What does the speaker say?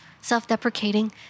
Self-deprecating